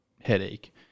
headache